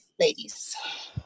ladies